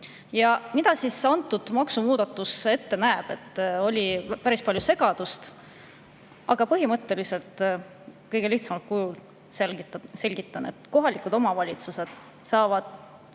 Ja mida siis antud maksumuudatus ette näeb? On päris palju segadust, aga põhimõtteliselt – kõige lihtsamal kujul selgitan – kohalikud omavalitsused saavad